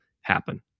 happen